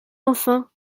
enfin